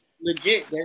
Legit